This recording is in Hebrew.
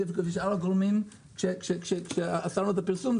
ואת שאר הגורמים כשאסרנו את הפרסום,